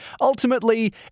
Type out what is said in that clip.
Ultimately